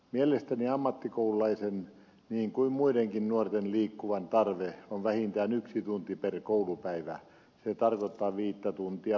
mielestäni ammattikoululaisen niin kuin muidenkin nuorten liikkujien tarve on vähintään yksi tunti per koulupäivä mikä tarkoittaa viittä tuntia viikossa